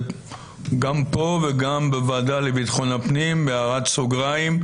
גם פה וגם בוועדה לביטחון הפנים בהערת סוגריים.